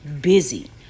busy